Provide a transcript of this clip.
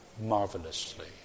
marvelously